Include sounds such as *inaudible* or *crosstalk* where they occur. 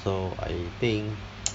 so I think *noise*